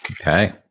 Okay